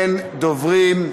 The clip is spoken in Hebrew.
אין דוברים,